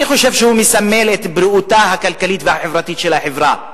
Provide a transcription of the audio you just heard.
אני חושב שהוא מסמל את בריאותה הכלכלית והחברתית של החברה.